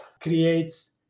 creates